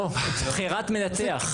לא, בחירת מנתח.